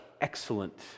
excellent